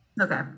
Okay